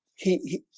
he